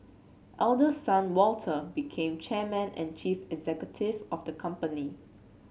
eldest son Walter became chairman and chief executive of the company